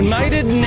United